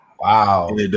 Wow